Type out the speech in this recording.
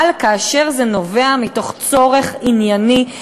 אבל כאשר זה נובע מתוך צורך ענייני,